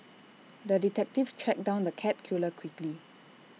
the detective tracked down the cat killer quickly